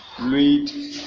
read